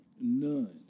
none